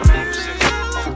Music